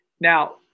Now